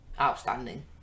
outstanding